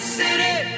city